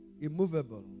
immovable